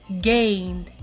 gained